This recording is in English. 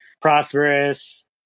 Prosperous